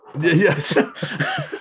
Yes